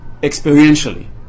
experientially